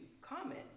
comment